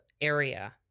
area